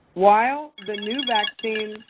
while the new vaccine